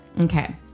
Okay